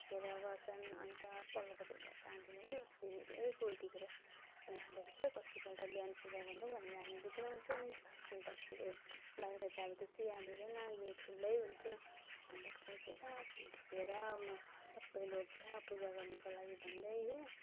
फ्याँकेर गर्छन् अन्त पल्लोपट्टि घरको आन्टीले पनि अस्ति निकै फुल टिपेर लाँदैरहेछ कत्तिपल्ट बिहान पूजा गर्नु भनेर हामी भित्र हुन्छौँ अन्त फुलै बाहिर त अब त्यत्ति याद हुँदैन गेट खुलै हुन्थ्यो अन्त पसेर फुल टिपेर उनीहरूकोमा सबै लगेर पूजा गर्नुको लागि भन्दै हो